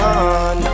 on